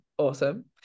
awesome